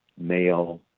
male